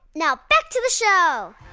now back to the show